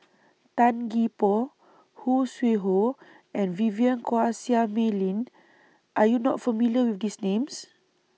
Tan Gee Paw Khoo Sui Hoe and Vivien Quahe Seah Mei Lin Are YOU not familiar with These Names